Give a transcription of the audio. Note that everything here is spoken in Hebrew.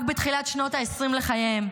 רק בתחילת שנות העשרים לחייהם,